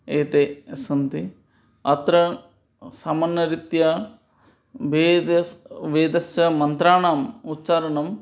एते सन्ति अत्र समानरीत्या वेदः वेदस्य मन्त्राणाम् उच्चारणं